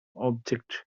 object